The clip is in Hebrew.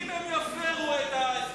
אתה לא עושה טובה.